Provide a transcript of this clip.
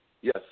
Yes